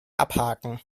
abhaken